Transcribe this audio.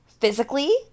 physically